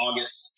August